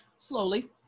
Slowly